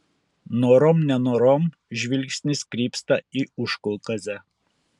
norom nenorom žvilgsnis krypsta į užkaukazę